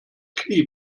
knie